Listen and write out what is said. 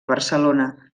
barcelona